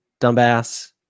Dumbass